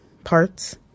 parts